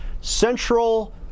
central